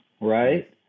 right